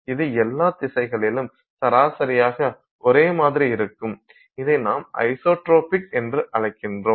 இது எல்லா திசைகளிலும் சராசரியாக ஒரே மாதிரி இருக்கும் இதை நாம் ஐசோட்ரோபிக் என்று அழைக்கின்றோம்